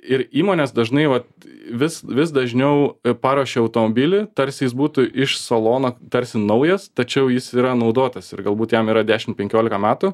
ir įmonės dažnai vat vis vis dažniau paruošia automobilį tarsi jis būtų iš salono tarsi naujas tačiau jis yra naudotas ir galbūt jam yra dešim penkiolika metų